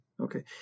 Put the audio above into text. Okay